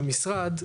שכשהמשרד,